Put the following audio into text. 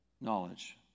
knowledge